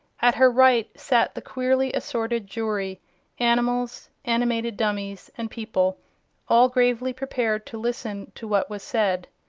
at her right sat the queerly assorted jury animals, animated dummies and people all gravely prepared to listen to what was said.